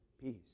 peace